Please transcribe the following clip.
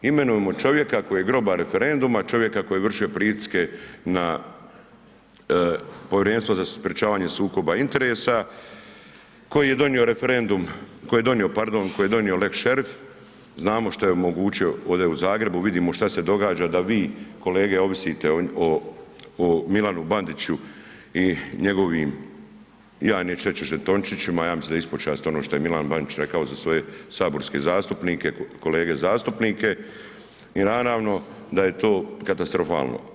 Imenujemo čovjeka koji je grobar referenduma, čovjeka koji je vršio pritiske na Povjerenstvo za sprječavanje sukoba interesa koji je donio referendum, koji je donio pardon, koji je donio lex šerif, znamo što je omogućio ovdje u Zagrebu, vidimo šta se događa da vi kolege ovisite o Milanu Bandiću i njegovim ja neću reći žetončićima, ja mislim da je ispod časti ono što je Milan Bandić rekao za svoje saborske zastupnike, kolege zastupnike i naravno da je to katastrofalno.